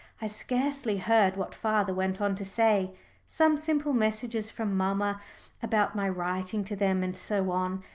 i scarcely heard what father went on to say some simple messages from mamma about my writing to them, and so on,